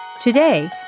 Today